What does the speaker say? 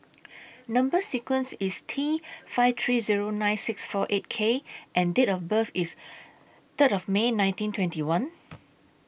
Number sequence IS T five three Zero nine six four eight K and Date of birth IS Third of May nineteen twenty one